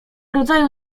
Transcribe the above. rodzaju